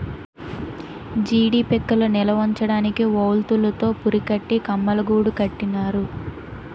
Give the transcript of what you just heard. జీడీ పిక్కలు నిలవుంచడానికి వౌల్తులు తో పురికట్టి కమ్మలగూడు కట్టినారు